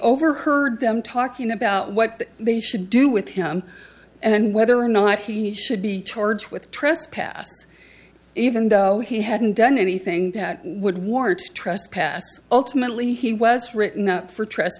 overheard them talking about what they should do with him and whether or not he should be charged with trespass even though he hadn't done anything that would warrant trespass ultimately he was written up for tr